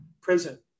prison